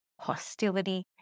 hostility